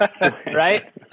right